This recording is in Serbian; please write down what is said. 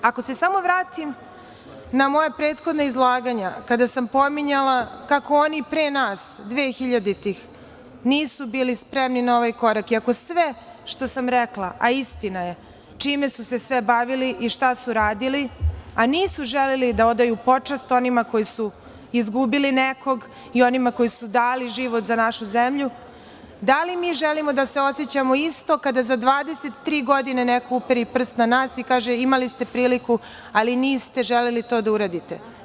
Ako se samo vratim na moja prethodna izlaganja kada sam pominjala kako oni pre nas, dve hiljaditih, nisu bili spremni na ovaj korak i ako sve što sam rekla, a istina je, čime su se sve bavili i šta su radili, a nisu želeli da odaju počast onima koji su izgubili nekog i onima koji su dali život za našu zemlju, da li mi želimo da se osećamo isto kada za 23 godine neko uperi prst na nas i kaže imali ste priliku, ali niste želeli to da uradite.